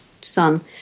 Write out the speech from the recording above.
son